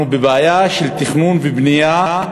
אנחנו בבעיה של תכנון ובנייה.